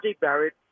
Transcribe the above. Barrett